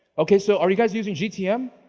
okay so are you guys using gtm?